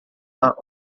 are